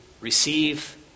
receive